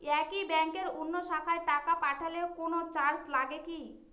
একই ব্যাংকের অন্য শাখায় টাকা পাঠালে কোন চার্জ লাগে কি?